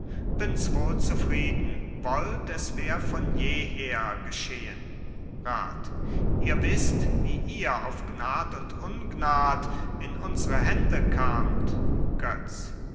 bin's wohl zufrieden wollt es wär von jeher geschehen rat ihr wißt wie ihr auf gnad und ungnad in unsere hände kamt götz